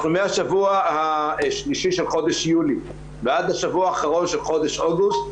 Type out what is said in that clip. אנחנו מהשבוע השלישי של חודש יוני ועד השבוע האחרון של חודש אוגוסט,